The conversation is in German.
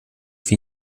wie